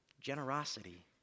generosity